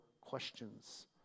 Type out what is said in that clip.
questions